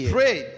pray